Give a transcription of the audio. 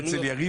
אצלנו.